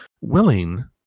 willing